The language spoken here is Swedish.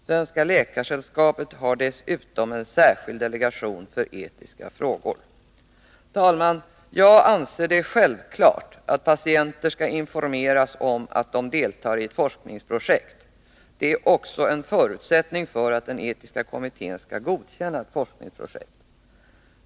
Svenska läkarsällskapet har dessutom en särskild delegation för etiska frågor. Jag anser det självklart att patienter skall informeras om att de deltar i ett forskningsprojekt. Detta är också en förutsättning för att den etiska kommittén skall godkänna ett forskningsprojekt.